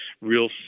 real